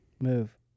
Move